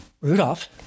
Rudolph